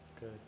good